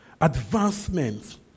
advancement